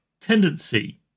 tendency